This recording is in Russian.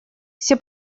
все